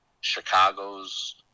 Chicago's